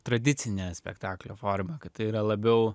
tradicinė spektaklio forma kad tai yra labiau